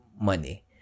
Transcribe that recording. money